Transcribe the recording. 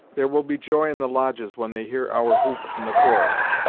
there will be joy in the lodges when they hear our whoop from the forest!